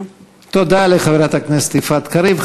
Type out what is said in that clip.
תודה לחברת הכנסת יפעת קריב.